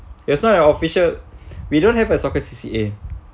it's not your official we don't have a soccer C_C_A